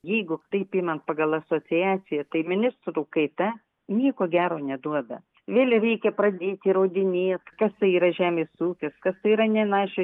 jeigu taip imant pagal asociaciją tai ministrų kaita nieko gero neduoda vėl reikia pradėt įrodinėt kas tai yra žemės ūkis kas tai yra nenašios